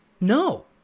No